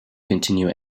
continue